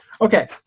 Okay